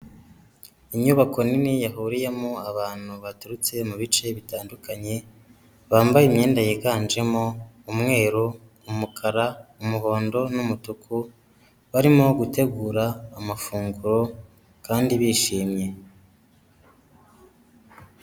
Inyubako nini yahuriyemo abantu baturutse mu bice bitandukanye bambaye imyenda yiganjemo umweru, umukara, umuhondo n'umutuku barimo gutegura amafunguro kandi bishimye.